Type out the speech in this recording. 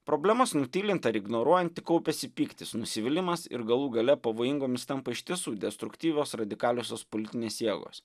problemas nutylint ar ignoruojant tik kaupiasi pyktis nusivylimas ir galų gale pavojingomis tampa iš tiesų destruktyvios radikaliosios politinės jėgos